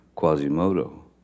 Quasimodo